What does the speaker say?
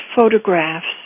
photographs